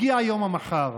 הגיע יום המחר,